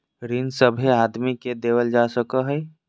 ऋण सभे आदमी के देवल जा सको हय